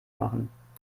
machen